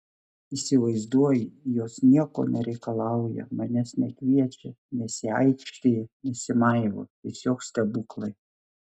įsivaizduoji jos nieko nereikalauja manęs nekviečia nesiaikštija nesimaivo tiesiog stebuklai